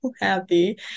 happy